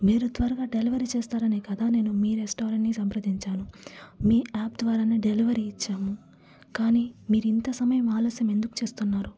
మీరు త్వరగా డెలివరీ చేస్తారనే కదా నేను మీ రెస్టారెంట్ని సంప్రదించాను మీ యాప్ ద్వారానే డెలివరీ ఇచ్చాము కాని మీరింత సమయం ఆలస్యం ఎందుకు చేస్తున్నారు